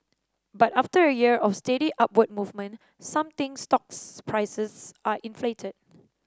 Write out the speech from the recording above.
but after a year of steady upward movement some think stocks prices are inflated